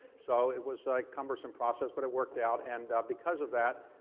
so, it was like conversion process, but it worked out. and because of that,